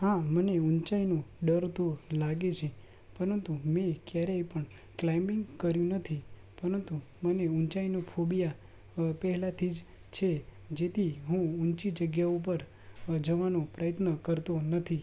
હા મને ઊંચાઈનો ડર તો લાગે છે પરંતુ મેં ક્યારેય પણ ક્લાઇબિંગ કર્યું નથી પરંતુ મને ઊંચાઈનો ફોબિયા પહેલાથી જ છે જેથી હું ઊંચી જગ્યાઓ ઉપર જવાનો પ્રયત્ન કરતો નથી